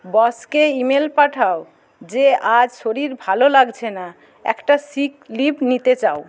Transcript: বসকে ইমেল পাঠাও যে আজ শরীর ভালো লাগছে না একটা সিক লিভ নিতে চাও